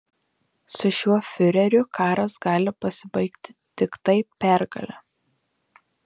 su šiuo fiureriu karas gali pasibaigti tiktai pergale